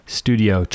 studio